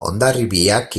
hondarribiak